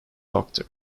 doctor